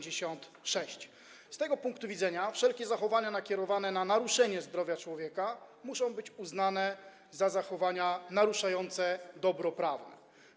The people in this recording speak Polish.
Z tego punktu widzenia wszelkie zachowania nakierowane na naruszenie zdrowia człowieka muszą być uznane za zachowania naruszające dobro prawne.